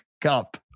cup